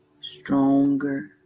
stronger